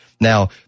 Now